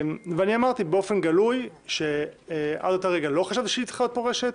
ואמרתי באופן גלוי שעד אותו רגע לא חשבתי שהיא צריכה להיות פורשת,